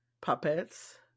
puppets